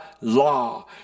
law